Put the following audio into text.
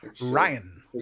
Ryan